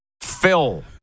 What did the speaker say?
Phil